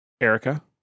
Erica